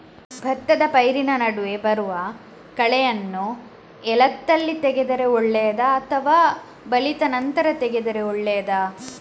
ಭತ್ತದ ಪೈರಿನ ನಡುವೆ ಬರುವ ಕಳೆಯನ್ನು ಎಳತ್ತಲ್ಲಿ ತೆಗೆದರೆ ಒಳ್ಳೆಯದಾ ಅಥವಾ ಬಲಿತ ನಂತರ ತೆಗೆದರೆ ಒಳ್ಳೆಯದಾ?